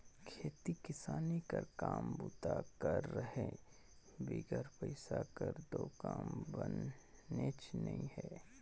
खेती किसानी कर काम बूता कर रहें बिगर पइसा कर दो काम बननेच नी हे